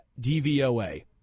DVOA